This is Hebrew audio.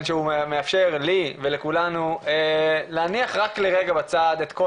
שהוא מאפשר לי ולכולנו להניח רק לרגע בצד את כל